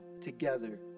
together